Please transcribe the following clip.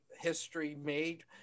history-made